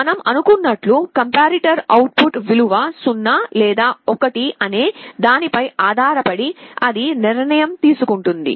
మనం అనుకున్నట్లుగా comparator output విలువ 0 లేదా 1 అనే దానిపై ఆధారపడి అది నిర్ణయం తీసుకుంటుంది